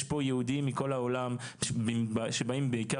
יש פה יהודים מכל העולם שבאים בעיקר